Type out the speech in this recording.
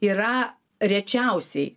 yra rečiausiai